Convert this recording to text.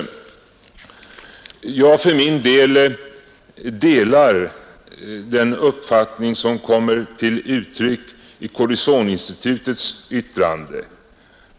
Jag delar den uppfattning som kommit till uttryck i Korrosionsinstitutets yttrande.